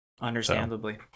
understandably